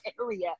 area